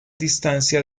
distancia